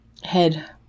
head